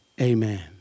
Amen